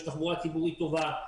יש תחבורה ציבורית טובה,